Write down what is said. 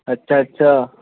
ਅੱਛਾ ਅੱਛਾ